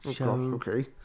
Okay